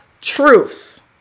truths